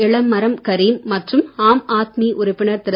இளமரம் கரீம் மற்றும் ஆம் ஆத்மி உறுப்பினர் திரு